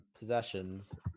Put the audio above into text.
possessions